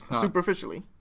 superficially